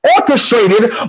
orchestrated